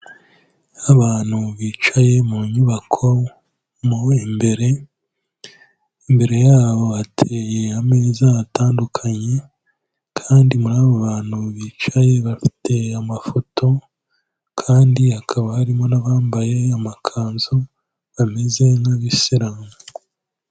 Abantu bicaye mu nyubako mo imbere, imbere yabo hateye ameza atandukanye, kandi muri abo bantu bicaye bafite amafoto, kandi hakaba harimo n'abambaye amakanzu, bameze nk'abisiramu.